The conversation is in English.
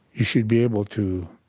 you should be able to